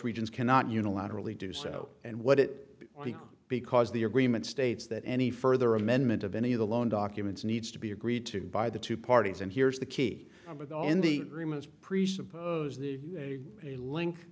regions cannot unilaterally do so and what it because the agreement states that any further amendment of any of the loan documents needs to be agreed to by the two parties and here's the key